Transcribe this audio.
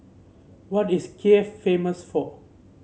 what is Kiev famous for